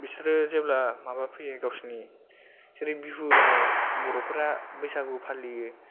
बिसोरो जेब्ला माबा फैयो गावसोरनि जेरै बिहु दङ बर'फोरा बैसागु फालियो